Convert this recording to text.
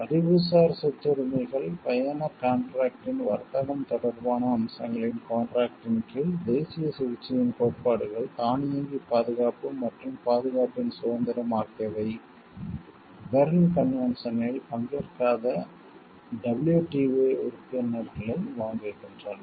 அறிவுசார் சொத்து உரிமைகள் பயண கான்ட்ராக்ட்டின் வர்த்தகம் தொடர்பான அம்சங்களின் கான்ட்ராக்ட்டின் கீழ் தேசிய சிகிச்சையின் கோட்பாடுகள் தானியங்கி பாதுகாப்பு மற்றும் பாதுகாப்பின் சுதந்திரம் ஆகியவை பெர்ன் கன்வென்ஷனில் பங்கேற்காத WTO உறுப்பினர்களை வாங்குகின்றன